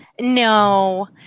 No